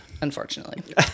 Unfortunately